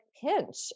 pinch